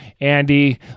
Andy